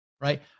right